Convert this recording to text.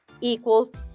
equals